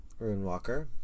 Runewalker